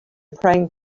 praying